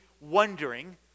wondering